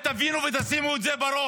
תבינו את זה, ותשימו את זה בראש.